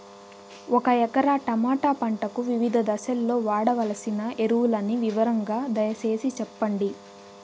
ఒక ఎకరా టమోటా పంటకు వివిధ దశల్లో వాడవలసిన ఎరువులని వివరంగా దయ సేసి చెప్పండి?